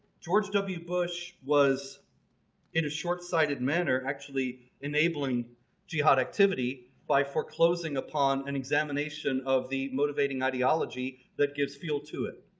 george w. bush was in a short-sighted manner actually enabling jihad activity by foreclosing upon an examination of the motivating ideology that gives feel to it.